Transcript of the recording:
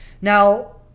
Now